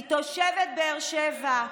היא תושבת באר שבע,